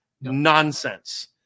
nonsense